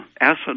acid